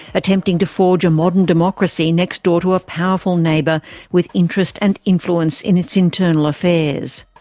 attempting to forge a modern democracy next door to a powerful neighbour with interest and influence in its internal affairs.